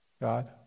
God